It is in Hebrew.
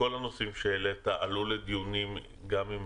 כל הנושאים שהעלית עלו לדיונים גם עם